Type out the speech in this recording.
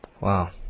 Wow